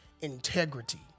integrity